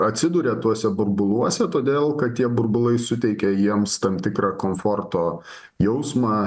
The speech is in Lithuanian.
atsiduria tuose burbuluose todėl kad tie burbulai suteikia jiems tam tikrą komforto jausmą